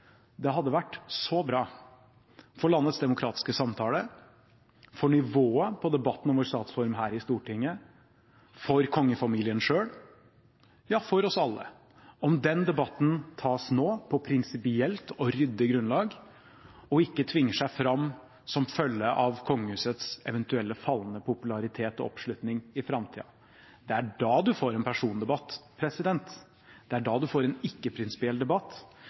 Det hadde vært så bra for landets demokratiske samtale, for nivået på debatten om vår statsform her i Stortinget, for kongefamilien selv, ja for oss alle, om den debatten tas nå, på prinsipielt og ryddig grunnlag, og ikke tvinger seg fram som følge av kongehusets eventuelt fallende popularitet og oppslutning i framtida. Det er da man får en persondebatt, det er da man får en ikke-prinsipiell debatt, og det er da man får en debatt